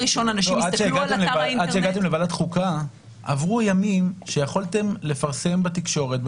עד שהגעתם לוועדת חוקה עברו ימים שיכולתם לפרסם בתקשורת,